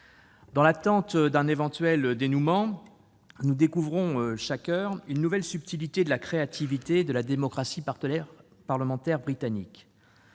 Dans l'attente d'un éventuel dénouement, nous découvrons, chaque heure, une nouvelle subtilité de la créativité de la démocratie parlementaire britannique.